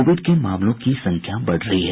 Covid के मामलों की संख्या बढ़ रही है